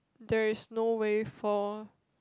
there is no way for